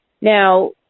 Now